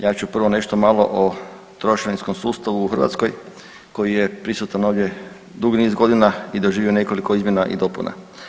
Ja ću prvo nešto malo trošarinskom sustavu u Hrvatskoj koji je prisutan ovdje dugi niz godina i doživio nekoliko izmjena i dopuna.